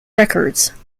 records